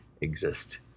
exist